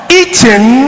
eating